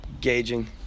Gauging